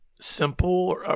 simple